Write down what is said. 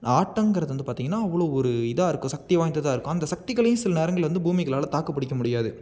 ஆட்டங்கிறது வந்து பார்த்திங்கனா அவ்வளோ ஒரு இதாக இருக்கும் சக்தி வாய்ந்ததாக இருக்கும் அந்த சக்திகளை சில நேரங்கள் வந்து பூமிகளால் தாக்கு பிடிக்க முடியாது